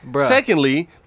Secondly